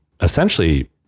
essentially